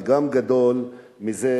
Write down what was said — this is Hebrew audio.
וגם גדול מזה,